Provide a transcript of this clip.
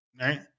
right